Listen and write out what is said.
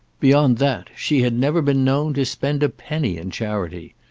beyond that she had never been known to spend a penny in charity.